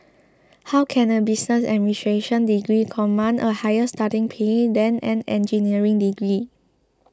how can a business administration degree command a higher starting pay than an engineering degree